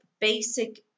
basic